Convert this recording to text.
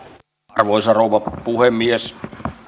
arvoisa rouva puhemies